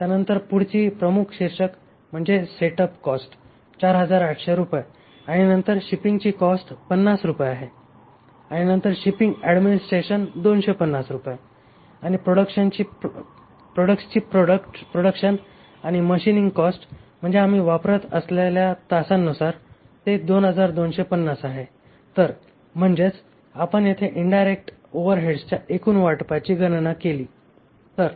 त्यानंतर पुढची प्रमुख शीर्षक म्हणजे सेटअप कॉस्ट 4800 रुपये आणि नंतर शिपिंगची कॉस्ट 50 रुपये आहे आणि नंतर शिपिंग ऍडमिनिस्ट्रेश 250 रुपये आणि प्रोडक्टची प्रोडक्शन किंवा मशीनिंग कॉस्ट म्हणजे आम्ही वापरत असलेल्या तासांनुसार ते 2250 आहे तर म्हणजेच आपण येथे इनडायरेक्ट ओव्हरहेडच्या एकूण वाटपाची गणना केली तर